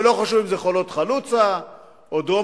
ולא חשוב אם זה חולות חלוצה או דרום